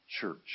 church